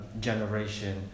generation